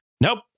nope